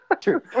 true